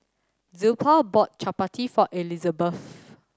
Zilpha bought Chapati for Elizebeth